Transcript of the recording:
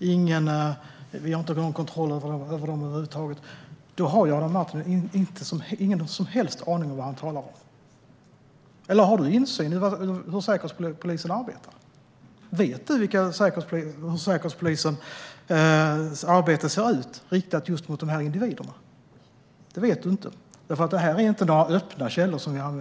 vi inte har någon kontroll över dem över huvud taget. Men då har inte Adam Marttinen någon som helst aning om vad han talar om. Eller har han insyn i hur Säkerhetspolisen arbetar? Vet han hur Säkerhetspolisens arbete ser ut, riktat mot just de här individerna? Det vet han inte, för det här är inte några öppna källor.